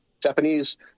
japanese